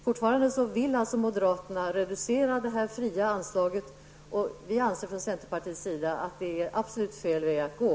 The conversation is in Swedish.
Fortfarande vill alltså moderaterna reducera det fria anslaget. Centerpartiet anser att det är en absolut felaktig väg att gå.